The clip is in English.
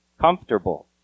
comfortable